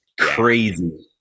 crazy